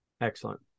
Excellent